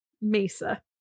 Mesa